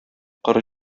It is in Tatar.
коры